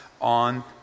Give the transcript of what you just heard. on